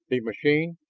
the machine?